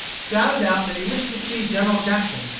shouted out that he wished to see general jackson,